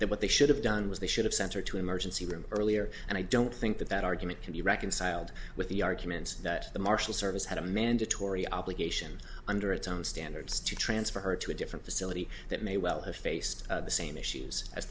that what they should have done was they should have sent her to emergency room earlier and i don't think that that argument can be reconciled with the arguments that the marshal service had a mandatory obligation under its own standards to transfer to a different facility that may well have faced the same issues as